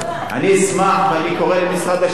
אני אשמח, ואני קורא למשרד השיכון,